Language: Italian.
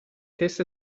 test